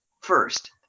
first